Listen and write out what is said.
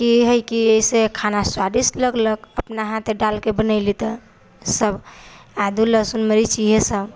की हइ कि से खाना स्वादिष्ट लगलक अपना हाथे डालके बनेली तऽ सब आदि लहसुन मरीच इएह सब